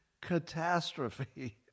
Catastrophe